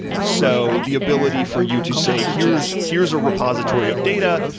so the ability for you to say, here's here's a repository of data,